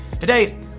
Today